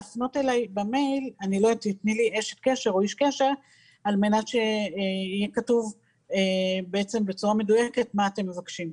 אשמח לאיש קשר שלכם כדי שיפרט לי בצורה מדויקת מה אתם מבקשים.